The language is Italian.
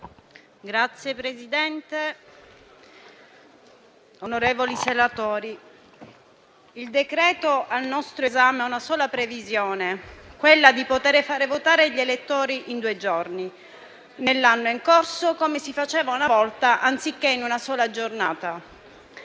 il decreto-legge al nostro esame ha una sola previsione: poter fare votare gli elettori in due giorni, nell'anno in corso, come si faceva una volta, anziché in una sola giornata.